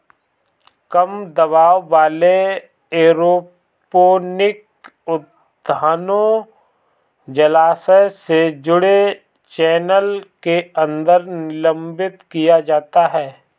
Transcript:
कम दबाव वाले एरोपोनिक उद्यानों जलाशय से जुड़े चैनल के अंदर निलंबित किया जाता है